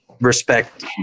respect